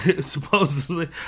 supposedly